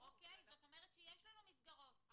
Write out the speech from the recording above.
זאת אומרת שיש לנו מסגרות,